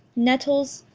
nettles,